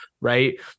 right